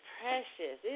precious